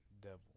devil